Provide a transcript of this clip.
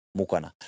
mukana